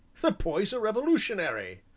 the boy's a revolutionary.